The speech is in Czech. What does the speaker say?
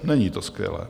Není to skvělé.